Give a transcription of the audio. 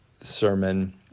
sermon